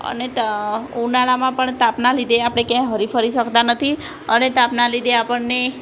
અને ત ઉનાળામાં પણ તાપના લીધે આપણે ક્યાંય હરીફરી શકતા નથી અને તાપના લીધે આપણને